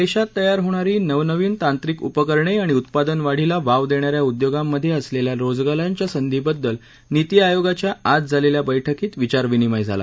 देशात तयार होणारी नवनवीन तांत्रिक उपकरणे आणि उत्पादन वाढीला वाव देणा या उद्योगांमधे असलेल्या रोजगाराच्या संधीबद्दल निती आयोगाच्या आज झालेल्या बैठकीत विचार विनिमय झाला